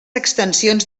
extensions